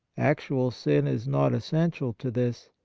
actual sin is not essential to this.